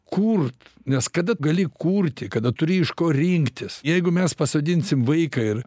kurt nes kada gali kurti kada turi iš ko rinktis jeigu mes pasodinsim vaiką ir